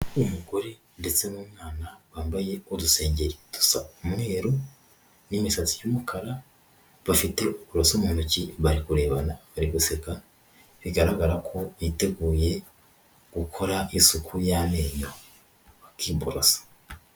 Umugore ndetse n'umwana bambaye udusengeri dusa umweru n'imisatsi y'umukara, bafite uburoso mu ntoki bari kurebana, bari goseka bigaragara ko biteguye gukora isuku y'amenyo bakiborosa.